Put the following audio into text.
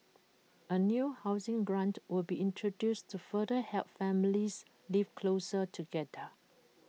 A new housing grant will be introduced to further help families live closer together